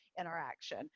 interaction